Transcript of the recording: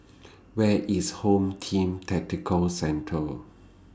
Where IS Home Team Tactical Centre